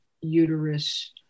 uterus